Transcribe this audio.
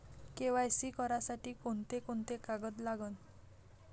KYC करासाठी कोंते कोंते कागद लागन?